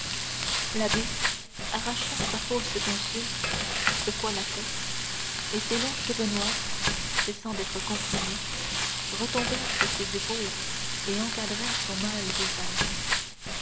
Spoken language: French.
l'abbé arracha sa fausse tonsure secoua la tête et ses longs cheveux noirs cessant d'être comprimés retombèrent sur ses épaules et encadrèrent son mâle visage